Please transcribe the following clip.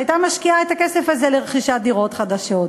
שהייתה משקיעה את הכסף הזה ברכישת דירות חדשות.